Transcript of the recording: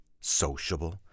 Sociable